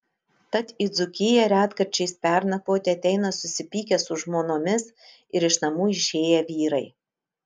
tad į dzūkiją retkarčiais pernakvoti ateina susipykę su žmonomis ir iš namų išėję vyrai